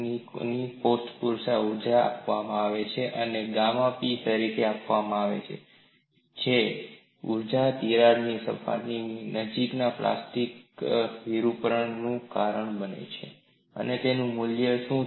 અને આ કોષ્ટક બીજી ઊર્જા પણ આપે છે જે ગામા પી તરીકે આપવામાં આવે છે જે છે ઊર્જા તિરાડ સપાટીની નજીક પ્લાસ્ટિક વિરૂપણ નું કારણ બને છે અને તેનું મૂલ્ય શું છે